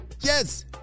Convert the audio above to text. Yes